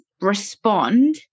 respond